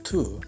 Two